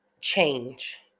change